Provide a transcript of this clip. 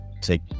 take